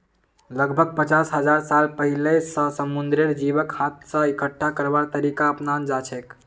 लगभग पचास हजार साल पहिलअ स समुंदरेर जीवक हाथ स इकट्ठा करवार तरीका अपनाल जाछेक